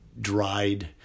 dried